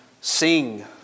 sing